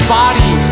body